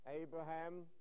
Abraham